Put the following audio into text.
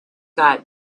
got